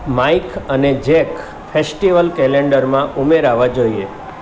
Mike અને Jack festival કેલેન્ડરમાં ઉમેરાવા જોઈએ